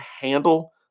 handle